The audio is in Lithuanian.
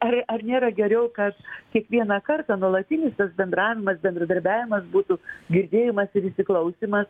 ar ar nėra geriau kad kiekvieną kartą nuolatinis tas bendravimas bendradarbiavimas būtų girdėjimas ir įsiklausymas